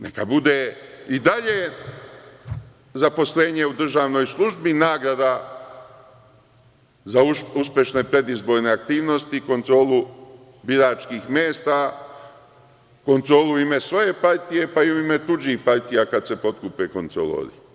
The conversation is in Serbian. Neka bude i dalje zaposlenje u državnoj službi nagrada za uspešne predizborne aktivnosti, kontrolu biračkih mesta, kontrolu u ime svoje partije, pa i u ime tuđih partija, kad se potkupe kontrolori.